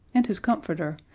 and his comforter,